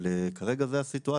כרגע זה הסיטואציה.